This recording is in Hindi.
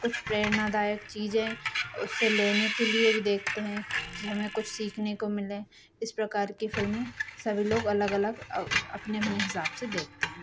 कुछ प्रेरणादायक चीज़ें उससे लेने के लिए भी देखते हैं कि हमें कुछ सीखने को मिले इस प्रकार की फ़िल्में सभी लोग अलग अलग अपने अपने हिसाब से देखते हैं